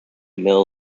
mill